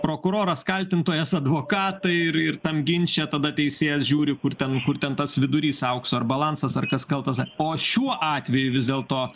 prokuroras kaltintojas advokatai ir ir tam ginče tada teisėjas žiūri kur ten kur ten tas vidurys aukso ar balansas ar kas kaltas o šiuo atveju vis dėlto